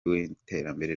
w’iterambere